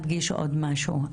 משהו,